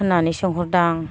होननानै सोंहरदां